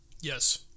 Yes